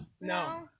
No